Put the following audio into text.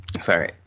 sorry